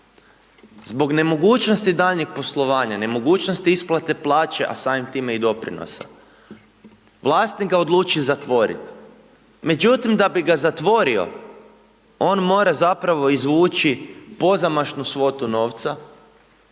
zbog nemogućnosti daljnjeg poslovanja, nemogućnosti isplate plaće, a samim time i doprinosa, vlasnik ga odluči zatvoriti, međutim, da bi ga zatvorio, on mora zapravo izvući pozamašnu svotu novca,